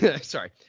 sorry